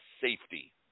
safety